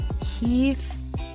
Keith